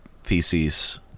feces